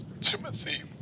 Timothy